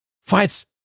fights